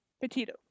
Petito